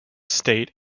state